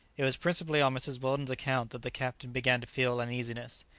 it was principally on mrs. weldon's account that the captain began to feel uneasiness,